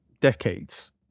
decades